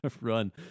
run